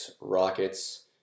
Rockets